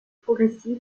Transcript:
progressif